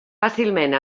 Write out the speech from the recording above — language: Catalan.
fàcilment